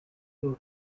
known